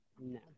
No